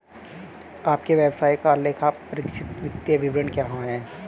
आपके व्यवसाय का लेखापरीक्षित वित्तीय विवरण कहाँ है?